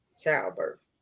childbirth